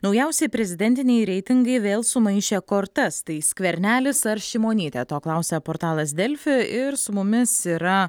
naujausi prezidentiniai reitingai vėl sumaišė kortas tai skvernelis ar šimonytė to klausia portalas delfi ir su mumis yra